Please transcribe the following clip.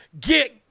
get